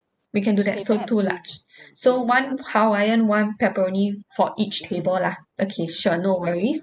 we can do that so two large so one hawaiian one pepperoni for each table lah okay sure no worries